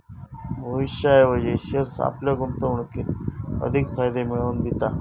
भविष्याऐवजी शेअर्स आपल्या गुंतवणुकीर अधिक फायदे मिळवन दिता